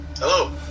Hello